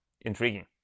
intriguing